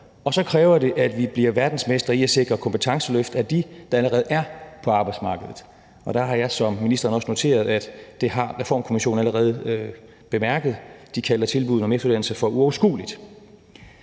og så kræver det, at vi bliver verdensmestre i at sikre kompetenceløft af dem, der allerede er på arbejdsmarkedet. Der har jeg som ministeren også noteret, at det har Reformkommissionen allerede bemærket. De kalder tilbuddet om efteruddannelse for uoverskueligt.